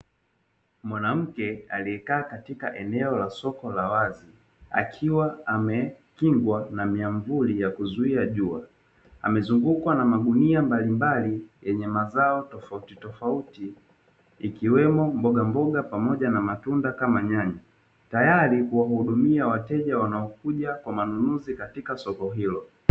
Mwanamke aliyekaa katika eneo la soko la wazi akiwa amekingwa na miamvuli ya kuzuia jua, amezungukwa na magunia mbalimbali yenye mazao tofautitofauti, ikiwemo mbogamboga pamoja na matunda kama nyanya, tayari kuwahudumia wateja wanaokuja kwa manunuzi katika soko hilo.